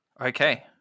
Okay